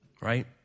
right